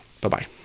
bye-bye